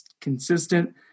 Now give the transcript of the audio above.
consistent